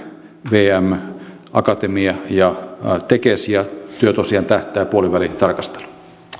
tem vm akatemia ja tekes ja työ tosiaan tähtää puolivälitarkasteluun